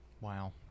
Wow